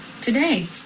Today